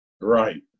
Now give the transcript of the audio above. Right